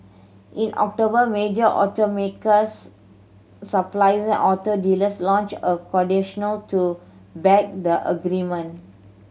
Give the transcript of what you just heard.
in October major auto makers auto dealers launched a to back the agreement